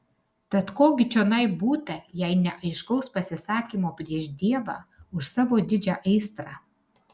tad ko gi čionai būta jei ne aiškaus pasisakymo prieš dievą už savo didžią aistrą